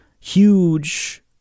huge